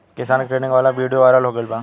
किसान के ट्रेनिंग वाला विडीओ वायरल हो गईल बा